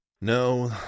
No